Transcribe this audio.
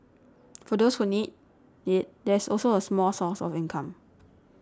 for those who need it there's also a small source of income